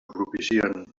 propicien